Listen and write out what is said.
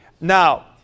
Now